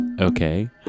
Okay